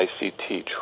ICT